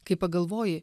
kai pagalvoji